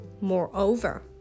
Moreover